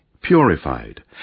purified